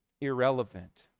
irrelevant